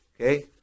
Okay